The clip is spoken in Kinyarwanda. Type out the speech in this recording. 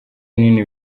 binini